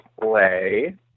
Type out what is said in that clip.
play